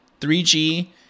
3G